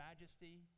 majesty